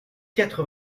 quatre